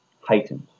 heightened